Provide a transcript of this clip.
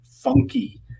funky